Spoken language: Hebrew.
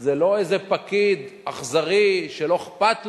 של פרקליטות המדינה בדבר הסדרים על פולשים.